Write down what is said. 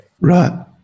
Right